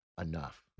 enough